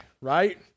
right